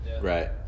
Right